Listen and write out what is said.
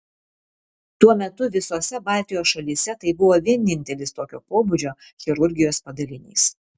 tuo metu visose baltijos šalyse tai buvo vienintelis tokio pobūdžio chirurgijos padalinys